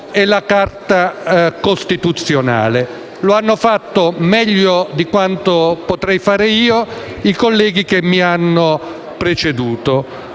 e la Carta costituzionale: lo hanno fatto, meglio di quanto potrei fare, i colleghi che mi hanno preceduto.